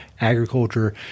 agriculture